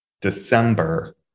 December